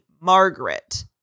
Margaret